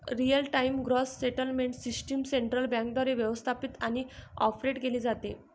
real time gross settlement system central बँकेद्वारे व्यवस्थापित आणि ऑपरेट केली जाते